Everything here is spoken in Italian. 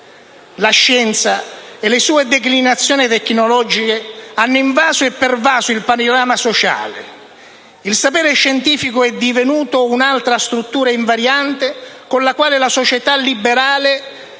La scienza e le sue declinazioni tecnologiche hanno invaso e pervaso il panorama sociale. Il sapere scientifico è divenuto un'altra struttura invariante con la quale le società liberali